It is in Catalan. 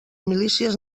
milícies